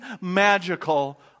magical